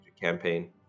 campaign